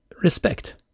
respect